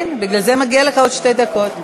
כן, בגלל זה מגיע לך עוד שתי דקות.